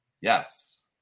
Yes